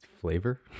flavor